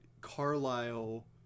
carlisle